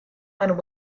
and